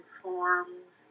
forms